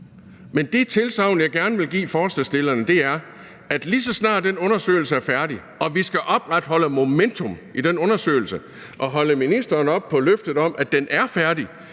Men det tilsagn, jeg gerne vil give forslagsstillerne, er, at lige så snart den undersøgelse er færdig – og vi skal opretholde momentum i den undersøgelse og holde ministeren op på løftet om, at den er færdig